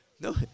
no